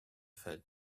felt